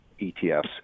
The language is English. ETFs